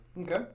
okay